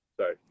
Sorry